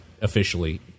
officially